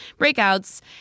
breakouts